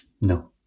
No